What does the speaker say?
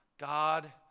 God